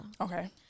Okay